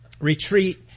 retreat